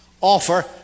offer